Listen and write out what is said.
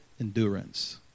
endurance